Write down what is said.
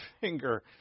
finger